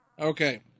Okay